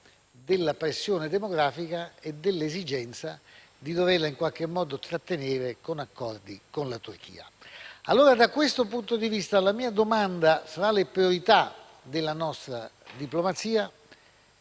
della pressione demografica e dell'esigenza di doverla in qualche modo trattenere attraverso accordi con la Turchia. Allora, da questo punto di vista, è il momento di scegliere fra le priorità della nostra diplomazia.